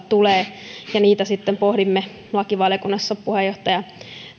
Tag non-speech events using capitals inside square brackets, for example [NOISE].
[UNINTELLIGIBLE] tulee ja niitä sitten pohdimme lakivaliokunnassa puheenjohtaja